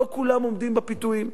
לא כולם עומדים בפיתויים.